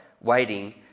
waiting